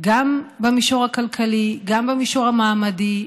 גם במישור הכלכלי, גם במישור המעמדי.